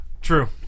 True